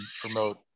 promote